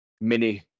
mini